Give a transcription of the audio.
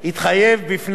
שבתזכיר חוק